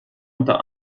unter